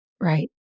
right